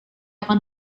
akan